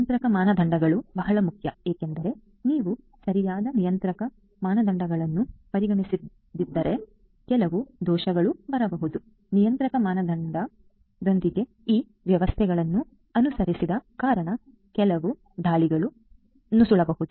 ನಿಯಂತ್ರಕ ಮಾನದಂಡಗಳು ಬಹಳ ಮುಖ್ಯ ಏಕೆಂದರೆ ನೀವು ಸರಿಯಾದ ನಿಯಂತ್ರಕ ಮಾನದಂಡಗಳನ್ನು ಪರಿಗಣಿಸದಿದ್ದರೆ ಕೆಲವು ದೋಷಗಳು ಬರಬಹುದು ನಿಯಂತ್ರಕ ಮಾನದಂಡದೊಂದಿಗೆ ಈ ವ್ಯವಸ್ಥೆಗಳನ್ನು ಅನುಸರಿಸದ ಕಾರಣ ಕೆಲವು ದಾಳಿಗಳು ನುಸುಳಬಹುದು